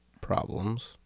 problems